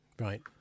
Right